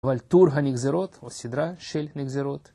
אבל טור הנגזרות, או סדרה של נגזרות.